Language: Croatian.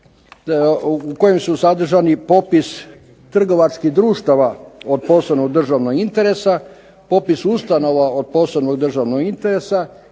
u kojem su sadržani popis trgovačkih društava od posebnog državnog interesa, popis ustanova od posebnog državnog interesa,